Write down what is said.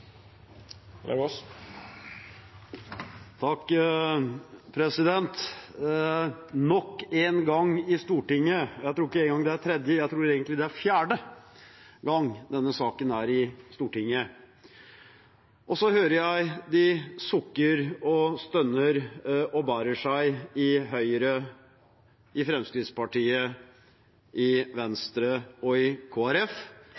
gang, jeg tror egentlig det er fjerde gang – er denne saken i Stortinget. Jeg hører at de sukker og stønner og bærer seg i Høyre, i Fremskrittspartiet, i